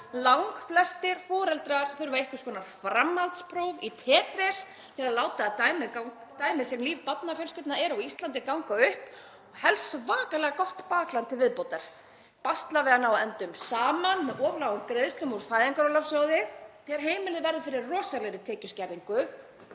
„Langflestir foreldrar þurfa einhvers konar framhaldspróf í tetris til að láta dæmið sem líf barnafjölskyldna er á Íslandi ganga upp – og helst svakalega gott bakland til viðbótar. Basla við að ná endum saman með of lágum greiðslum úr fæðingarorlofssjóði þegar heimilið verður fyrir rosalegri tekjuskerðingu.